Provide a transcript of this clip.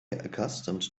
accustomed